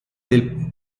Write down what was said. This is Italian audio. del